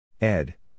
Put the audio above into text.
Ed